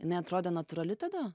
neatrodė natūrali tada